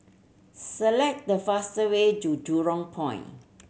select the fastest way to Jurong